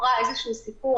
סיפרה איזשהו סיפור,